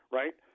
right